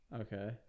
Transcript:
Okay